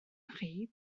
chi